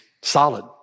solid